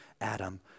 Adam